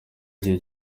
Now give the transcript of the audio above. igihe